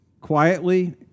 quietly